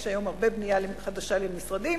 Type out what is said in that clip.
יש היום הרבה בנייה חדשה למשרדים,